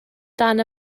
dan